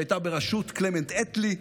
שהייתה בראשות קלמנט אטלי,